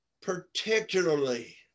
particularly